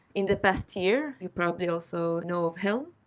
in the past year, you probably also know of helm,